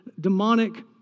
demonic